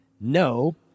no